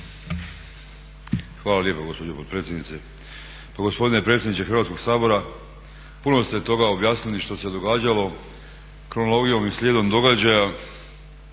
Pa gospodine predsjedniče Hrvatskoga sabora, puno ste toga objasnili šta se događalo kronologijom i slijedom događaja